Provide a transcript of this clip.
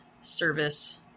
service